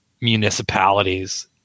municipalities